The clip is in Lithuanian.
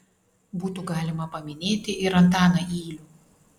būtų galima paminėti ir antaną ylių